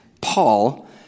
Paul